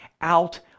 out